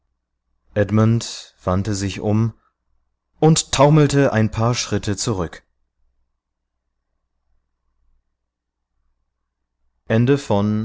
edmund wandte sich um und taumelte ein paar schritte zurück